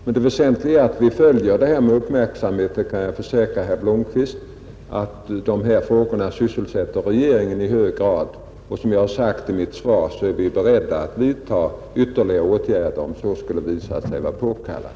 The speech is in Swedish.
Men det väsentliga är att vi följer detta med uppmärksamhet, och jag kan försäkra herr Blomkvist att dessa frågor sysselsätter regeringen i hög grad. Som jag sagt i mitt svar, är vi beredda att vidta ytterligare åtgärder, om så skulle visa sig vara påkallat.